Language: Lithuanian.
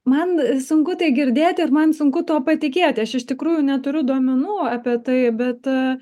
man sunku tai girdėti ir man sunku tuo patikėti aš iš tikrųjų neturiu duomenų apie tai bet